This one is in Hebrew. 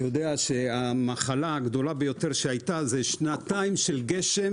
יודע שהמחלה הגדולה ביותר שהיתה זה שנתיים של גשם